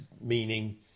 meaning